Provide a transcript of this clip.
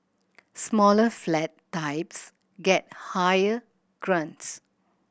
smaller flat types get higher grants